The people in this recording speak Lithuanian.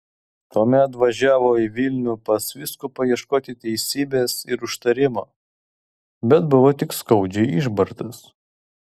tuomet važiavo į vilnių pas vyskupą ieškoti teisybės ir užtarimo bet buvo tik skaudžiai išbartas